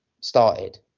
started